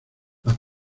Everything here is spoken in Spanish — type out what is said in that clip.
las